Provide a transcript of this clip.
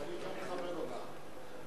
התשע"א 2011,